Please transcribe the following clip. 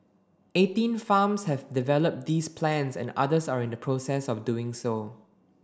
eighteen farms have developed these plans and others are in the process of doing so